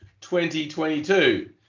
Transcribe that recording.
2022